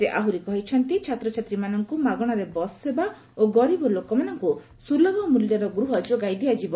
ସେ ଆହୁରି କହିଛନ୍ତି' ଛାତ୍ରଛାତ୍ରୀମାନଙ୍କୁ ମାଗଣାରେ ବସ୍ ସେବା ଓ ଗରିବ ଲୋକମାନଙ୍କୁ ସୁଲଭ ମୂଲ୍ୟର ଗୃହ ଯୋଗାଇ ଦିଆଯିବ